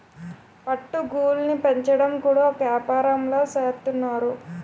పట్టు గూళ్ళుని పెంచడం కూడా ఒక ఏపారంలా సేత్తన్నారు